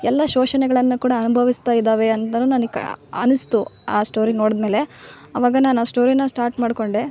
ಎಲ್ಲ ಶೋಷಣೆಗಳನ್ನ ಕೂಡ ಅನ್ಭವಿಸ್ತಯಿದವೆ ಅಂತನು ನನಗೆ ಅನುಸ್ತು ಆ ಸ್ಟೋರಿ ನೋಡ್ದ್ಮೇಲೆ ಅವಾಗ ನಾನು ಆ ಸ್ಟೋರಿನ ಸ್ಟಾರ್ಟ್ ಮಾಡ್ಕೊಂಡೆ